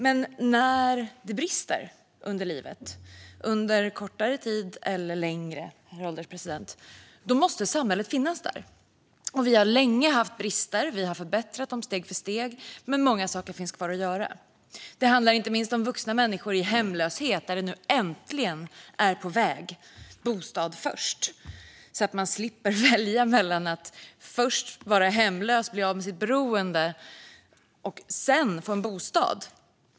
Men när det brister under livet, under kortare tid eller längre, herr ålderspresident, måste samhället finnas där. Vi har länge haft brister. Vi har förbättrat dem steg för steg, men många saker finns kvar att göra. Det handlar inte minst om vuxna människor i hemlöshet. Där är metoden Bostad först äntligen på väg, så att man slipper välja att först vara hemlös och bli av med sitt beroende för att sedan få en bostad.